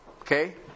Okay